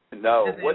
No